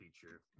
feature